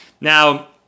Now